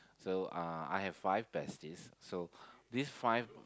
so uh I have five besties so this five